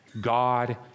God